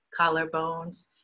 collarbones